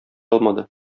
алмады